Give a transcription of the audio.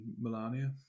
Melania